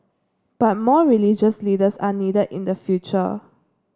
but more religious leaders are needed in the future